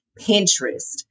Pinterest